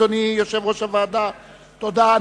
תודה.